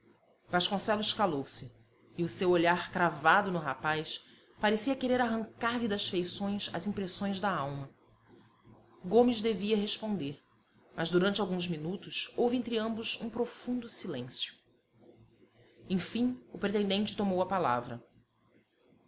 esposa vasconcelos calou-se e o seu olhar cravado no rapaz parecia querer arrancar-lhe das feições as impressões da alma gomes devia responder mas durante alguns minutos houve entre ambos um profundo silêncio enfim o pretendente tomou a palavra